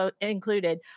included